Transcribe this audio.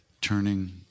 turning